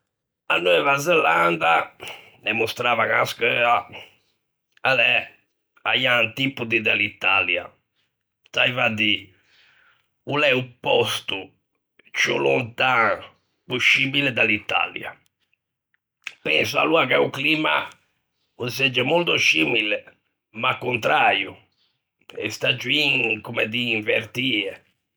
A Neuva Zelanda, ne mostravan à scheua, a l'é a-i antipodi de l'Italia, saiva à dî, o l'é o pòsto ciù lontan poscibile da l'Italia. Penso aloa che o climma o segge molto scimile, ma conträio, e stagion comme dî invertie.